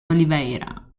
oliveira